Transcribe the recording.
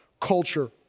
culture